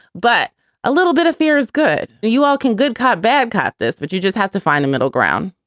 but a little bit of fear is good. you all can good cop, bad cop this, but you just have to find a middle ground.